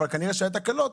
אבל כנראה שהיו תקלות.